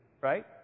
Right